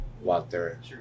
water